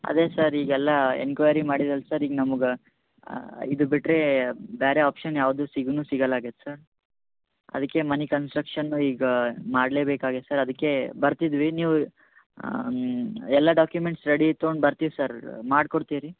ಅದೇ ಸರ್ ಈಗೆಲ್ಲಾ ಎನ್ಕ್ವೇರಿ ಮಾಡಿದಲ್ಲ ಸರ್ ಈಗ ನಮ್ಗೆ ಇದು ಬಿಟ್ಟರೆ ಬೇರೆ ಆಪ್ಷನ್ ಯಾವುದು ಸಿಗೋನು ಸಿಗಲಾಗಿದೆ ಸರ್ ಅದಕ್ಕೆ ಮನೆ ಕಂಸ್ಟ್ರಕ್ಷನ್ ಈಗ ಮಾಡಲೇ ಬೇಕಾಗಿದೆ ಸರ್ ಅದಕ್ಕೇ ಬರ್ತಿದ್ವಿ ನೀವು ಎಲ್ಲ ಡಾಕ್ಯುಮೆಂಟ್ಸ್ ರೆಡಿ ತಗೊಂಡು ಬರ್ತೀವಿ ಸರ್ ಮಾಡ್ಕೋಡ್ತಿವಿ ರೀ